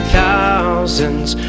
thousands